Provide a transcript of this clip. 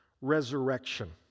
resurrection